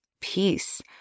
peace